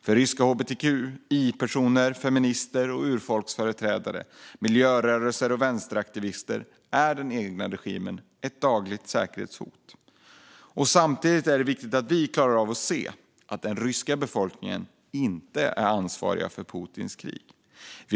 För ryska hbtqi-personer, feminister, urfolksföreträdare, miljörörelser och vänsteraktivister är den egna regimen ett dagligt säkerhetshot. Samtidigt är det viktigt att vi klarar av att se att den ryska befolkningen inte är ansvarig för Putins krig.